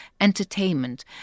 entertainment